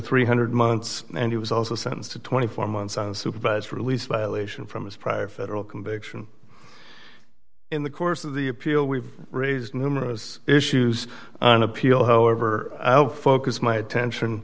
three hundred months and he was also sentenced to twenty four months on a supervised release violation from his prior federal conviction in the course of the appeal we've raised numerous issues on appeal however i will focus my attention